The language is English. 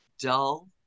dull